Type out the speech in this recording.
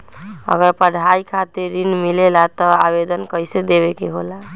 अगर पढ़ाई खातीर ऋण मिले ला त आवेदन कईसे देवे के होला?